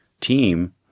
team